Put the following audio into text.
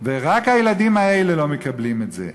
ורק הילדים האלה לא מקבלים את זה.